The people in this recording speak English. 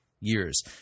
Years